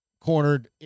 cornered